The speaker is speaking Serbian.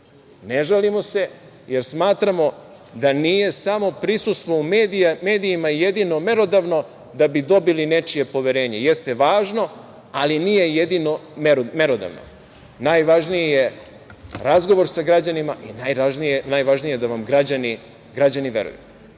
Ne žalimo se jer smatramo da nije samo prisustvo u medijima jedino merodavno da bi dobili nečije poverenje. Jeste važno, ali nije jedino merodavno. Najvažniji je razgovor sa građanima i najvažnije je da vam građani veruju.